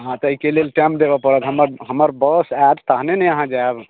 अहाँ कहै छियै लेट टाइम देबऽ पड़त हमर हमर बस आयत तहने ने अहाँ जायब